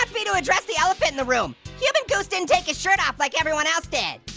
um me to address the elephant in the room. human goose didn't take his shirt off like everyone else did.